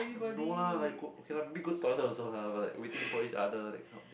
no lah like go okay lah maybe go toilet also ah like waiting for each other that kind of thing